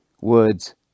words